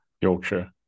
Yorkshire